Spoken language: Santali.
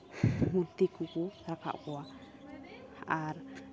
ᱢᱩᱨᱛᱤ ᱠᱚᱠᱚ ᱨᱟᱠᱟᱵ ᱠᱚᱣᱟ ᱟᱨ